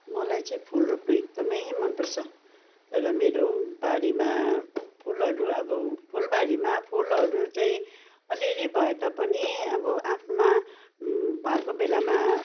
मलाई चाहिँ फुल रोप्नु एकदमै मनपर्छ र मेरो बारीमा फुलहरू अब फुलबारीमा फुलहरू चाहिँ अलिअलि भए तापनि अब आफ्नोमा भएको बेलामा